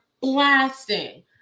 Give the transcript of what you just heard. blasting